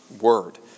Word